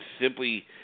simply